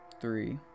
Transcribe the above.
three